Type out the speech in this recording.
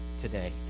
today